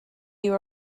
you